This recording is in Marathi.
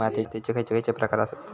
मातीयेचे खैचे खैचे प्रकार आसत?